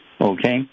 okay